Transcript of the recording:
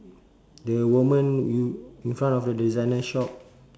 the woman you in front of the designer shop